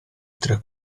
tra